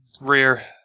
Rear